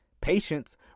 patience